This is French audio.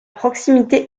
proximité